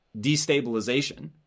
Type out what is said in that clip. destabilization